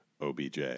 OBJ